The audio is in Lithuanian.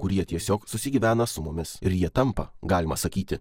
kurie tiesiog susigyvena su mumis ir jie tampa galima sakyti